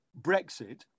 Brexit